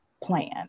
Plan